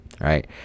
right